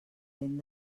vent